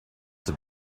have